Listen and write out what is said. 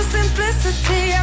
simplicity